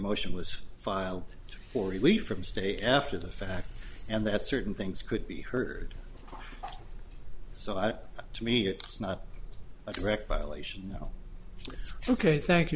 motion was filed for relief from state after the fact and that certain things could be heard so i to me it's not a direct violation now ok thank you